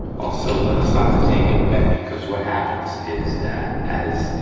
also gonna start to take it wet, because what happens is that as,